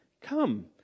Come